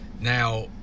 Now